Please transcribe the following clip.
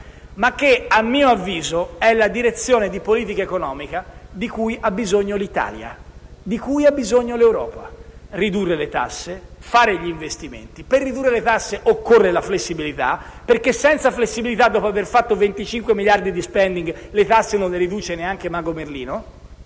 ma che, a mio avviso, è la direzione di politica economica di cui ha bisogno l'Italia, di cui ha bisogno l'Europa: ridurre le tasse e fare gli investimenti. Per ridurre le tasse occorre la flessibilità perché senza la flessibilità, dopo aver fatto 25 miliardi di *spendig review* le tasse non le riduce nemmeno mago Merlino.